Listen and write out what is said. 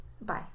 Bye